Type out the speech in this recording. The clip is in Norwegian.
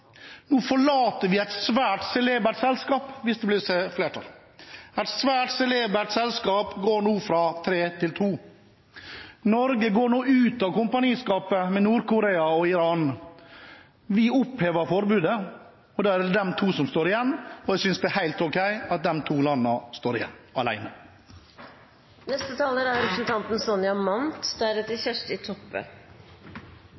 Nå forlater vi et svært celebert selskap – hvis det blir flertall for forslaget. Et svært celebert selskap går nå fra å være tre til å være to. Norge går nå ut av kompaniskapet med Nord-Korea og Iran. Vi opphever forbudet. Da er det de to som står igjen. Jeg synes det er helt ok at disse to landene står igjen alene. Først til representanten